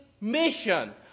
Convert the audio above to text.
mission